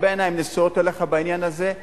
הרבה עיניים נשואות אליך בעניין הזה,